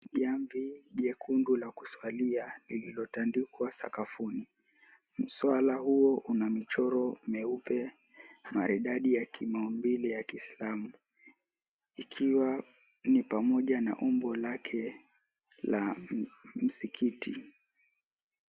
Jamvi jekundu la kuswalia lililotandikwa sakafuni, mswala huo una michoro mweupe maridadi ya kimaumbile ya Kiislamu ikiwa ni pamoja na umbo lake la Msikiti.